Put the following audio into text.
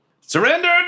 surrender